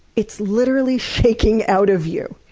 it's literally shaking out of you!